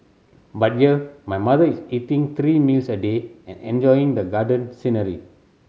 but here my mother is eating three meals a day and enjoying the garden scenery